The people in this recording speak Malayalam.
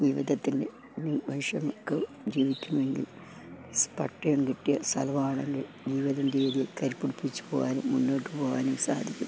ജീവിതത്തിൻ്റെ വിഷമിക്ക ജീവിക്കുമെങ്കിൽ പട്ടയം കിട്ടിയ സ്ഥലമാണെങ്കിൽ ജീവിതം രീതി കരിപ്പം പിടിപ്പിച്ച് പോകാനും മുന്നോട്ട് പോകാനും സാധിക്കും